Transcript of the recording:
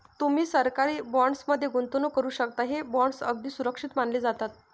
तुम्ही सरकारी बॉण्ड्स मध्ये गुंतवणूक करू शकता, हे बॉण्ड्स अगदी सुरक्षित मानले जातात